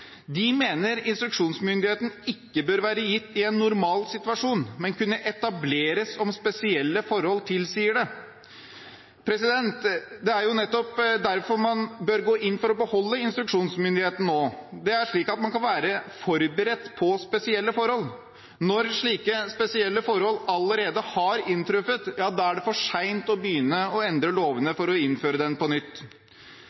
De mener instruksjonsmyndigheten ikke bør være gitt i en normal situasjon, men kunne etableres om spesielle forhold tilsier det. Det er jo nettopp derfor man bør gå inn for å beholde instruksjonsmyndigheten nå. Det er slik man kan være forberedt på spesielle forhold. Når slike spesielle forhold allerede har inntruffet, er det for sent å begynne å endre lovene